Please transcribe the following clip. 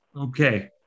Okay